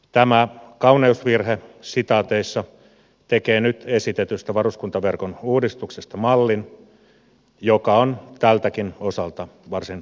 tämä kauneusvirhe sitaateissa tekee nyt esitetystä varuskuntaverkon uudistuksesta mallin joka on tältäkin osalta varsin hataralla pohjalla